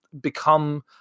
become